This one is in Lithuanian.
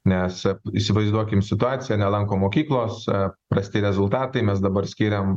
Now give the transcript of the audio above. nes įsivaizduokim situaciją nelanko mokyklos prasti rezultatai mes dabar skiriam